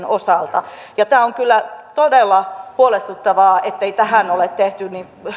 osalta tämä on kyllä todella huolestuttavaa ettei tähän ole tehty